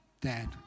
Dad